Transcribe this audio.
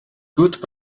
good